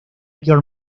your